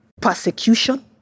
persecution